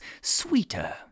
sweeter